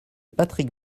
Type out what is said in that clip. patrick